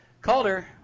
Calder